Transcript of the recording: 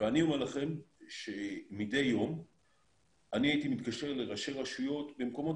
אני אומר לכם שמדי יום אני הייתי מתקשר לראשי רשויות במקומות